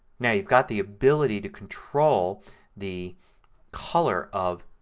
now you've got the ability to control the color of